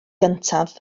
gyntaf